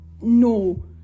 no